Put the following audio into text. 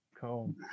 cool